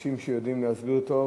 אנשים שיודעים להסביר טוב,